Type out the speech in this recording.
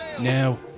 Now